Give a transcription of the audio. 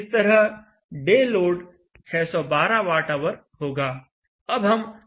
इस तरह day load 612 watt hour होगा